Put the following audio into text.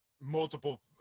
multiple